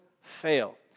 fail